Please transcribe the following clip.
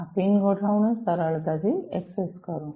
આ પિન ગોઠવણીઓ સરળતાથી એક્સેસ કરો